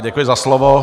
Děkuji za slovo.